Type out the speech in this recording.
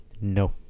No